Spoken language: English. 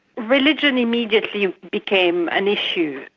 religion immediately became an issue.